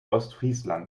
ostfriesland